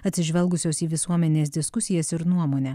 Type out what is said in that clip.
atsižvelgusios į visuomenės diskusijas ir nuomonę